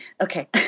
Okay